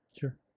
Sure